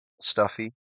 Stuffy